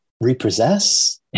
repossess